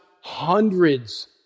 hundreds